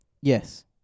Yes